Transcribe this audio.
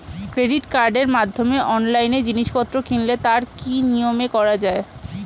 Credit কার্ডের মাধ্যমে অনলাইনে জিনিসপত্র কিনলে তার কি নিয়মে করা যায়?